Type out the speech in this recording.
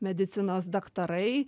medicinos daktarai